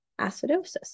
acidosis